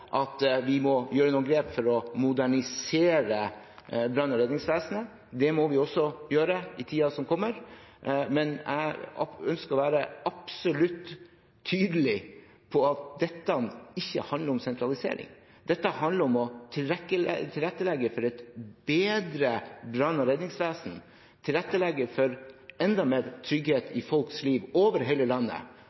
at vi må gjøre noen grep for å modernisere brann- og redningsvesenet – det må vi også gjøre i tiden som kommer – men jeg ønsker å være absolutt tydelig på at dette ikke handler om sentralisering. Dette handler om å tilrettelegge for et bedre brann- og redningsvesen, tilrettelegge for enda mer trygghet i folks liv – over hele landet